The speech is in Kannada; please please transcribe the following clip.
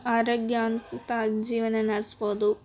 ಆರೋಗ್ಯವಂತ ಜೀವನ ನಡೆಸ್ಬೋದು